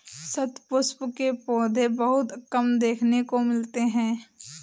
शतपुष्प के पौधे बहुत कम देखने को मिलते हैं